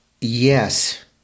yes